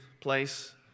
place